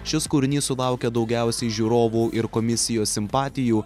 šis kūrinys sulaukė daugiausiai žiūrovų ir komisijos simpatijų